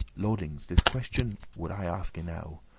lordings, this question would i aske now,